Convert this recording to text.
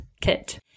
kit